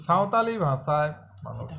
সাঁওতালি ভাষায় মানুষ